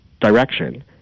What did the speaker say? direction